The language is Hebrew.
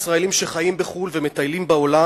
ישראלים שחיים בחו"ל ומטיילים בעולם,